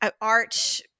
art